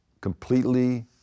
completely